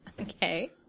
Okay